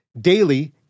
daily